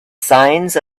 signs